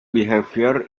behavior